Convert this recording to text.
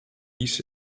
hieß